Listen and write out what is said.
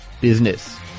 Business